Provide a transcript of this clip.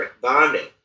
bonding